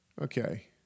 Okay